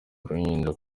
uruhinja